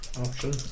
option